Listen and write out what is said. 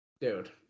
Dude